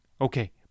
Okay